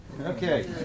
Okay